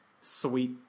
sweet